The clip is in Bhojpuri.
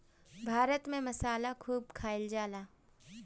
भारत में मसाला खूब खाइल जाला